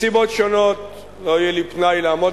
מסיבות שונות לא יהיה לי פנאי לעמוד